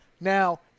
Now